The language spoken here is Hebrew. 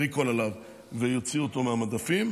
יהיה recall עליו ויוציאו אותו מהמדפים,